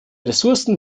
ressourcen